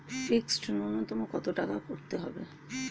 Fixed নুন্যতম কত টাকা করতে হবে?